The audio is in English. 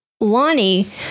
Lonnie